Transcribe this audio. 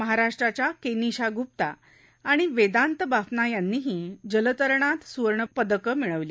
महाराष्ट्राच्या केनिशा गुप्ता आणि वेदांत बाफना यांनीही जलतरणात सुवर्णपदकं मिळवलं